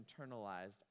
internalized